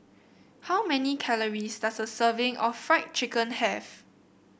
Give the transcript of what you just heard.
how many calories does a serving of Fried Chicken have